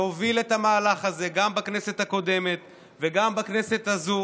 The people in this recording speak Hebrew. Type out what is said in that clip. שהוביל את המהלך הזה גם בכנסת הקודמת וגם בכנסת הזאת.